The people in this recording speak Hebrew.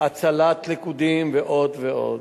הצלת לכודים ועוד ועוד.